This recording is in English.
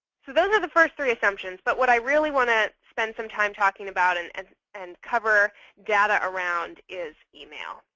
so those are the first three assumptions. but what i really want to spend some time talking about and and cover data around is email.